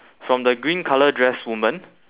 from the green colour dress woman